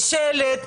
בשלט,